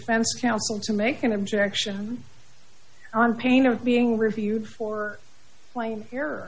fense counsel to make an objection on pain of being reviewed for playing